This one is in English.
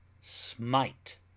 smite